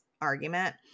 argument